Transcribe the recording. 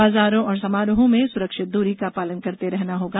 बाजारों और समारोहों में सुरक्षित दूरी का पालन करते रहना होगा